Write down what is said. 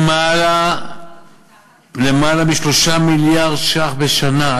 למעלה מ-3 מיליארד ש"ח בשנה.